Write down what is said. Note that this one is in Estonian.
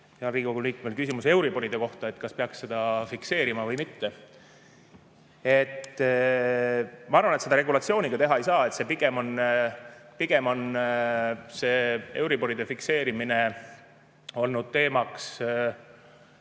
heal Riigikogu liikmel euriboride kohta, et kas peaks neid fikseerima või mitte. Ma arvan, et seda regulatsiooni teha ei saa. Pigem on see euriboride fikseerimine olnud teema